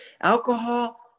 alcohol